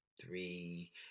three